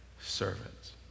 servants